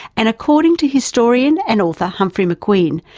and according to historian and author, humphrey mcqueen,